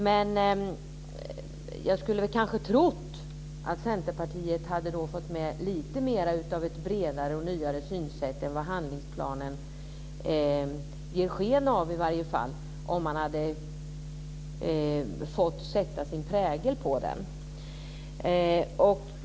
Men jag skulle tro att Centerpartiet skulle fått med lite mer av ett bredare och nyare synsätt än vad handlingsplanen i varje fall ger sken av, om man hade fått sätta sin prägel på den.